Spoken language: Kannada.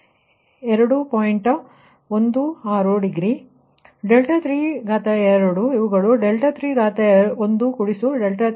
16 ಡಿಗ್ರಿ 3ಗಳು 3 ∆3ಅಂದರೆ 3